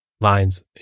lines